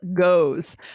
goes